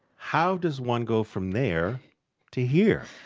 how does one go from there to here?